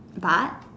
but